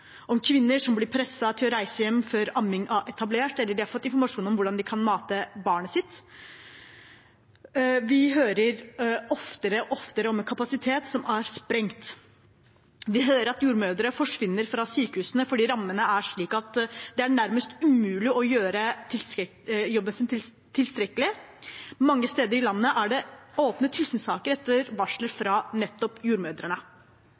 om kvinner som blir presset til å reise hjem før amming er etablert, eller uten at de har fått informasjon om hvordan de kan mate barnet sitt. Vi hører oftere og oftere om at kapasiteten er sprengt. Vi hører at jordmødrene forsvinner fra sykehusene fordi rammene er slik at det nærmest er umulig å gjøre jobben sin i tilstrekkelig grad. Mange steder i landet er det åpnet tilsynssaker etter varsler fra nettopp jordmødrene.